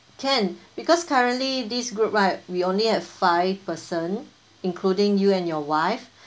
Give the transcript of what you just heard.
can because currently this group right we only have five person including you and your wife